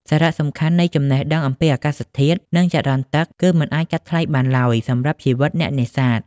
សារៈសំខាន់នៃចំណេះដឹងអំពីអាកាសធាតុ និងចរន្តទឹក គឺមិនអាចកាត់ថ្លៃបានឡើយសម្រាប់ជីវិតអ្នកនេសាទ។